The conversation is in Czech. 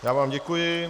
Já vám děkuji.